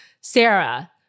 Sarah